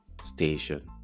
Station